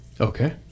okay